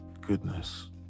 Goodness